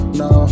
no